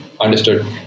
understood